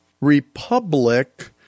republic